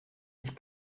ich